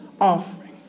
offering